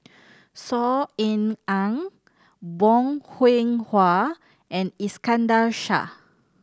Saw Ean Ang Bong Hiong Hwa and Iskandar Shah